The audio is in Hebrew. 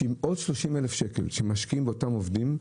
שעם עוד 30 אלף שקל שמשקיעים באותם עובדים,